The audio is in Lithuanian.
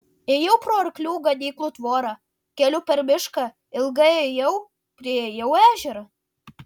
ėjau pro arklių ganyklų tvorą keliu per mišką ilgai ėjau priėjau ežerą